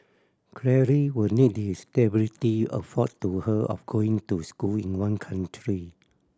will need the stability afforded to her of going to school in one country